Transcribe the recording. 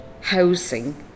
housing